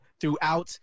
throughout